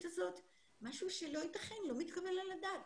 הזאת משהו שלא יתכן ולא מתקבל על הדעת,